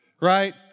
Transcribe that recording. right